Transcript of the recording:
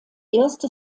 erste